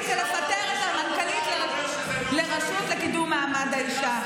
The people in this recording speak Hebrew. זה לפטר את מנכ"לית הרשות לקידום מעמד האישה.